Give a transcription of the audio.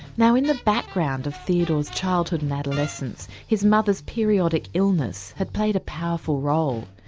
now, in the background of theodore's childhood and adolescence his mother's periodic illness had played a powerful role.